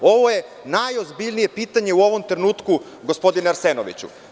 Ovo je najozbiljnije pitanje u ovom trenutku, gospodine Arsenoviću.